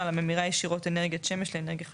הממירה ישירות אנרגיית שמש לאנרגיה חשמלית.